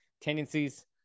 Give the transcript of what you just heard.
tendencies